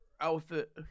outfit